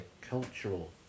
cultural